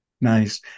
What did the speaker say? Nice